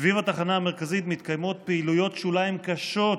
סביב התחנה המרכזית מתקיימות פעילויות שאולי הן קשות,